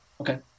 Okay